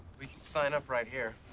we can sign up right here.